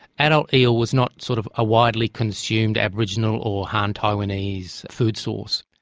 adult eel was not sort of a widely consumed aboriginal or han taiwanese food source.